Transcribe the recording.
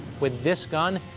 with this gun,